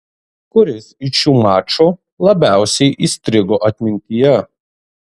kuris iš šių mačų labiausiai įstrigo atmintyje